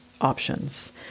options